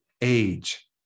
age